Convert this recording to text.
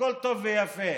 הכול טוב ויפה.